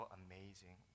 amazing